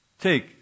Take